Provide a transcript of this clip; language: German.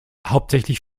hauptsächlich